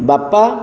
ବାପା